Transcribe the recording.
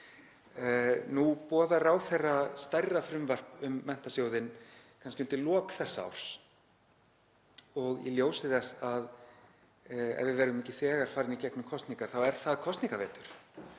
nú boðar ráðherra stærra frumvarp um Menntasjóðinn, kannski undir lok þessa árs. Í ljósi þess að ef við verðum ekki þegar farin í gegnum kosningar þá er það kosningavetur